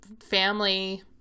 family